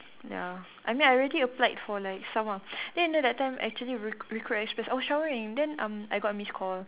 ya I mean I already applied for like some ah then you know that time actually recr~ recruit express I was showering then um I got a miss call